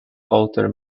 outer